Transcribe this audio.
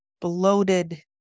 bloated